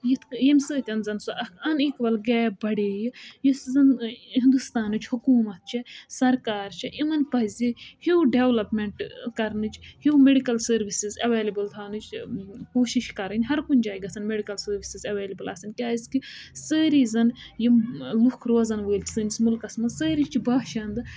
یِتھٕ کٔنۍ یِمہِ سٟتۍ زَن سُہ اَکھ اَن اِیٖکوَل گیٚپ بَڈیِیہِ یُس زَن ہِنٛدوستانٕچ حکُومَت چھِ سرکار چِھ یِمَن پَزِ فِیٛوٗ ڈیولیپمیٚنٛٹ کرنٕچ نیٛوٗ میٚڈکَل سٔروِسٕز ایولیبٕل تھاونٕچ کوٗشِش کرٕنۍ ہَر کُنہِ جایہِ گژھن میڈِکَل سٔروِسٕز ایولیبٕل آسٕنۍ کیٛازِ کہِ سٲرِی زَن یِم لُکھ روزَن وٲلۍ چھِ سٲنِس مُلکَس منٛز سٲرِی چھِ باشنٛدٕ